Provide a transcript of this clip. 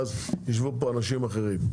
ואז יישבו פה אנשים אחרים.